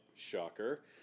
Shocker